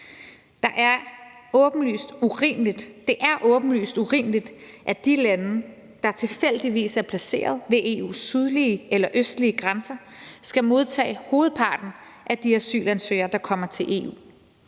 Det er åbenlyst urimeligt, at de lande, der tilfældigvis er placeret ved EU's sydlige eller østlige grænser, skal modtage hovedparten af de asylansøgere, der kommer til EU.